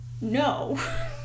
no